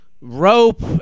rope